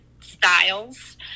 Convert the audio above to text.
styles